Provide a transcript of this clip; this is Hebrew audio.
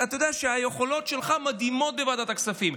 אתה יודע שהיכולות שלך מדהימות בוועדת הכספים.